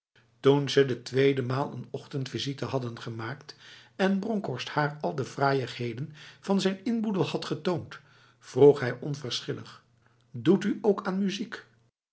toen ze de tweede maal een ochtendvisite hadden gemaakt en bronkhorst haar al de fraaiigheden van zijn inboedel had getoond vroeg hij onverschillig doet u ook aan muziek